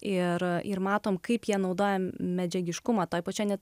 ir ir matome kaip jie naudojame medžiagiškumą toje pačioje net